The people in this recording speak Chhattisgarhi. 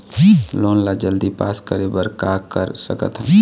लोन ला जल्दी पास करे बर का कर सकथन?